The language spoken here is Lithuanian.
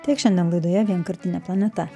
tiek šiandien laidoje vienkartinė planeta